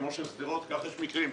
כמו של שדרות כך יש מקרים שונים,